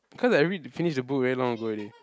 cause I read finish the book very long ago already